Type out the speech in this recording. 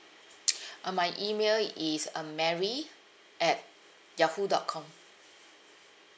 uh my email is uh mary at yahoo dot com